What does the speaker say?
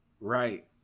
right